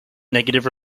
negative